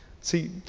See